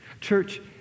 Church